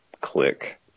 Click